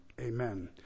Amen